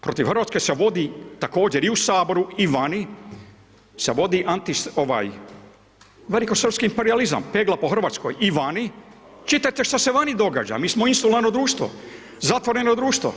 Protiv Hrvatske se vodi također i u saboru i vani se vodi anti ovaj velikosrpski imperijalizam, pegla po Hrvatskoj i vani, čitajte što se vani događa mi smo …/nerazumljivo/… društvo, zatvoreno društvo.